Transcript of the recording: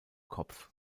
kopf